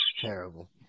Terrible